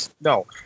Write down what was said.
no